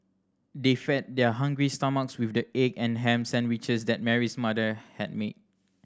they fed their hungry stomachs with the egg and ham sandwiches that Mary's mother had made